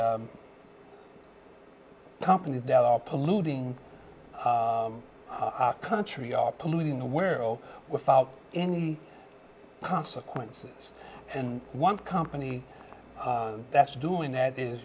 companies that are polluting our country are polluting the world without any consequences and one company that's doing that is